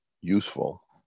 useful